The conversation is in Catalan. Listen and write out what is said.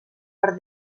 per